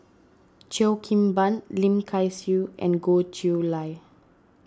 Cheo Kim Ban Lim Kay Siu and Goh Chiew Lye